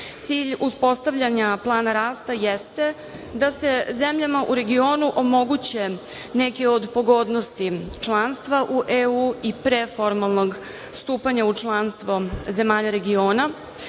cilj uspostavljanja „Plana rasta“ jeste da se zemljama u regionu omoguće neke od pogodnosti članstva u EU i pre formalnog stupanja u članstvo zemalja regiona,